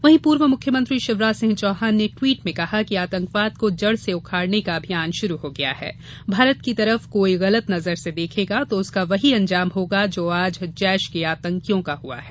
वहीं पूर्व मुख्यमंत्री शिवराज सिंह चौहान ने ट्वीट में कहा कि आतंकवाद को जड़ से उखाड़ने का अभियान शुरू हो गया है भारत की तरफ कोई गलत नज़र से देखेगा तो उसका वही अंजाम होगा जो आज जैश के आतंकियों का हुआ है